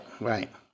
Right